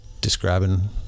describing